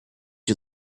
you